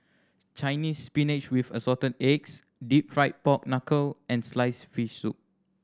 Chinese Spinach with Assorted Eggs Deep Fried Pork Knuckle and sliced fish soup